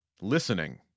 Listening